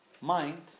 mind